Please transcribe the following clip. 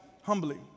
humbly